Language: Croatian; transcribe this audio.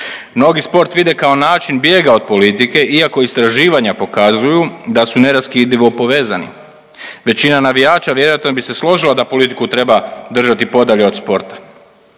Mnogi sport vide kao način bijega od politike iako istraživanja pokazuju da su neraskidivo povezani. Većina navijača vjerojatno bi se složila da politiku treba držati podalje od sporta,